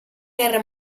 guerra